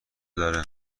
داره